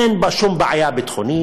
אין בה שום בעיה ביטחונית,